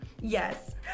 Yes